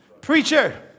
Preacher